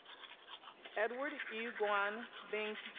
edward ewe guan beng ewe